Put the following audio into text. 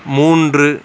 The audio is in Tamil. மூன்று